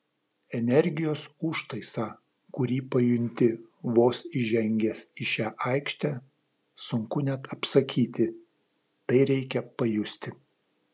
energijos užtaisą kurį pajunti vos įžengęs į šią aikštę sunku net apsakyti tai reikia pajusti